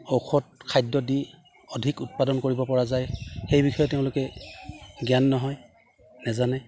ঔষধ খাদ্য দি অধিক উৎপাদন কৰিব পৰা যায় সেই বিষয়ে তেওঁলোকে জ্ঞান নহয় নেজানে